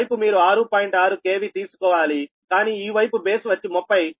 6 KV తీసుకోవాలి కానీ ఈ వైపు బేస్ వచ్చి 30